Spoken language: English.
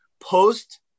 Post